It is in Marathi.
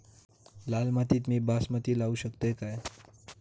लाल मातीत मी बासमती लावू शकतय काय?